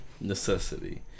necessity